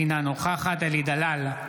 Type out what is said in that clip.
אינה נוכחת אלי דלל,